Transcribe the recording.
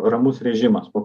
ramus režimas po